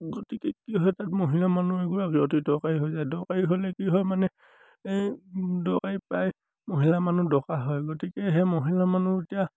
গতিকে কি হয় তাত মহিলা মানুহ এগৰাকী অতি দৰকাৰী হৈ যায় দৰকাৰী হ'লে কি হয় মানে এই দৰকাৰী প্ৰায় মহিলা মানুহ দৰকাৰ হয় গতিকে সেই মহিলা মানুহ এতিয়া